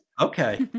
Okay